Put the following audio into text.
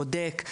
בודק,